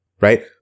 right